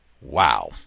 Wow